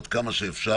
עד כמה שאפשר.